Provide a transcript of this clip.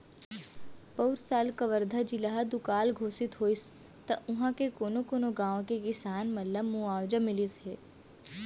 पउर साल कवर्धा जिला ह दुकाल घोसित होइस त उहॉं के कोनो कोनो गॉंव के किसान मन ल मुवावजा मिलिस हे